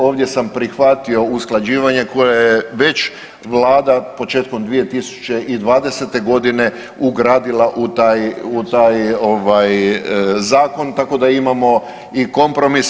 Ovdje sam prihvatio usklađivanje koje je već Vlada početkom 2020. godine ugradila u taj zakon, tako da imamo i kompromis.